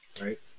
Right